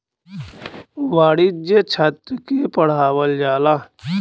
वाणिज्य छात्र के पढ़ावल जाला